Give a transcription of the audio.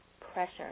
pressure